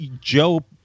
Joe